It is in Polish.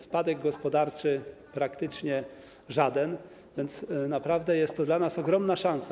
spadek gospodarczy jest praktycznie żaden, więc naprawdę jest to dla nas ogromna szansa.